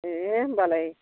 ए होमबालाय